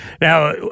Now